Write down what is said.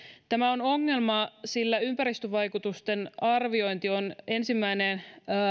tämä on ongelma sillä ympäristövaikutusten arviointi on ensimmäinen